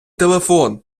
телефон